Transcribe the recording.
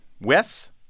Wes